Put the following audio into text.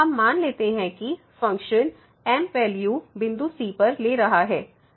हम मान लेते हैं कि फ़ंक्शन M वैल्यू बिंदु c पर ले रहा है